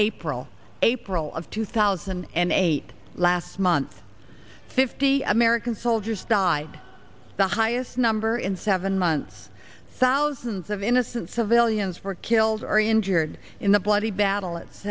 april april of two thousand and eight last month fifty american soldiers died the highest number in seven months thousands of innocent civilians were killed or injured in the bloody battle it